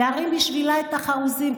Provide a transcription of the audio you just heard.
להרים בשבילה את החרוזים,